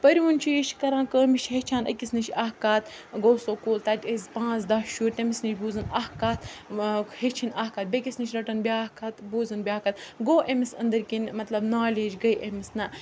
پٔرۍوُن چھُ یہِ چھِ کَران کٲم یہِ چھِ ہیٚچھان أکِس نِش اَکھ کَتھ گوٚو سکوٗل تَتہِ ٲسۍ پانٛژھ دَہ شُرۍ تٔمِس نِش بوٗزن اَکھ کَتھ ہیٚچھِن اَکھ کَتھ بیٚکِس نِش رٔٹن بیٛاکھ کَتھ بوٗزِن بیٛاکھ کَتھ گوٚو أمِس أنٛدٕرۍ کِنۍ مطلب نالیج گٔے أمِس نہ